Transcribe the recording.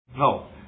No